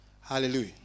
Hallelujah